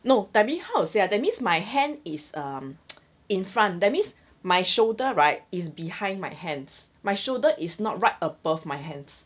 no that means how to say ah that means my hand is um in front that means my shoulder right is behind my hands my shoulder is not right above my hands